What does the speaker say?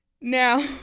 Now